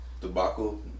debacle